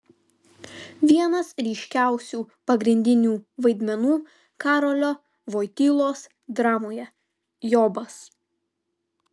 vienas ryškiausių pagrindinių vaidmenų karolio voitylos dramoje jobas